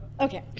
Okay